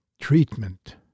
treatment